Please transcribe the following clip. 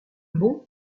bon